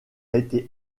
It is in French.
été